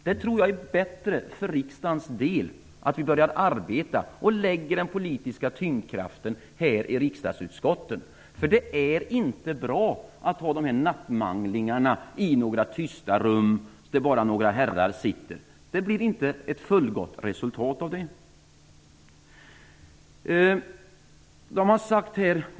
Jag tror att det för riksdagens del är bättre att vi börjar arbeta och lägga den politiska tyngdkraften här i riksdagsutskotten, för det är inte bra att ha nattmanglingar i några tysta rum där bara några herrar sitter. Det ger inte ett fullgott resultat.